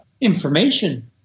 information